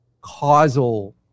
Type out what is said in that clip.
causal